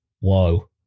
whoa